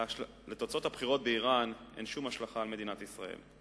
לתוצאות הבחירות באירן אין שום השלכה על מדינת ישראל.